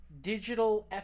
digital